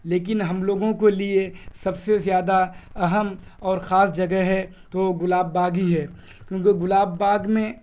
لیکن ہم لوگوں کے لیے سب سے زیادہ اہم اور خاص جگہ ہے تو وہ گلاب باغ ہی ہے کیونکہ گلاب باغ میں